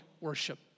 worship